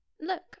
look